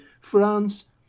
France